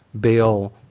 Bill